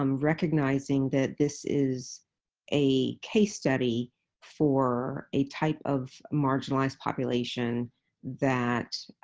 um recognizing that this is a case study for a type of marginalized population that